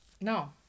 no